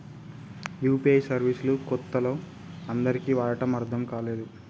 UPI service లు కొత్తలో అందరికీ వాడటం అర్థం కాలేదు